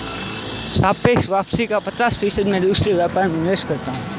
सापेक्ष वापसी का पचास फीसद मैं दूसरे व्यापार में निवेश करूंगा